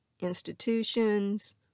institutions